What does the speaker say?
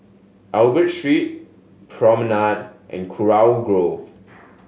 Albert Street Promenade and Kurau Grove